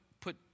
put